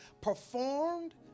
performed